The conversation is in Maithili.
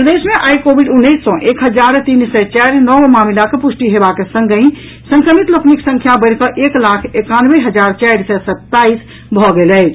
प्रदेश मे आइ कोविड उन्नैस सॅ एक हजार तीन सय चारि नव मामिलाक पुष्टि हेबाक संगहि संक्रमित लोकनिक संख्या बढ़िकऽ एक लाख एकानवे हजार चारि सय सताईस भऽ गेल अछि